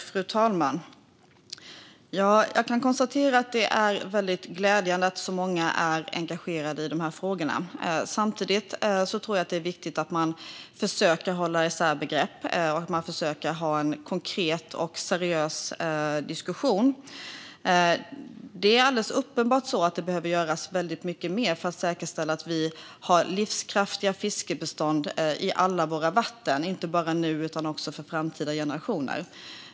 Fru talman! Jag kan konstatera att det är glädjande att så många är engagerade i dessa frågor. Samtidigt tror jag att det är viktigt att man försöker hålla isär begrepp och ha en konkret och seriös diskussion. Det är alldeles uppenbart så att det behöver göras mycket mer för att säkerställa att vi har livskraftiga fiskbestånd i alla våra vatten, inte bara nu utan för framtida generationer.